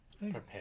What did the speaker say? Prepare